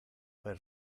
per